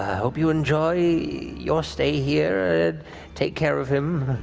hope you enjoy your stay here. and take care of him.